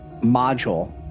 module